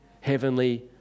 heavenly